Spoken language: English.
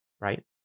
right